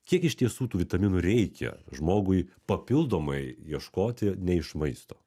kiek iš tiesų tų vitaminų reikia žmogui papildomai ieškoti ne iš maisto